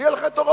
יהיה לך הרוב.